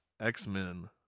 X-Men